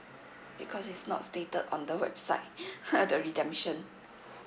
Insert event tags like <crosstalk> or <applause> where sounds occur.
because it's not stated on the website <laughs> the redemption